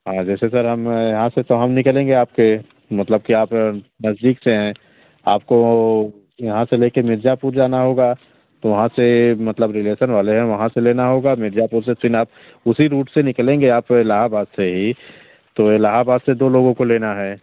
हाँ जैसे सर हम यहाँ से शाम निकलेगें आपके मतलब कि आप से हैं आपको यहाँ से लेकर मिर्ज़ापुर जाना होगा तो वहाँ से मतलब रिलेसन वाले हैं वहाँ से लेना होगा मिर्ज़ापुर से फिर आप उसी रूट से निकलेंगे आप इलाहाबाद से ही तो इलाहाबाद से दो लोगों को लेना है